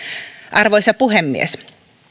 arvoisa puhemies